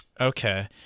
Okay